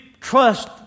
trust